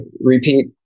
repeat